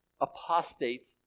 apostates